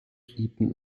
eaton